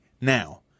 Now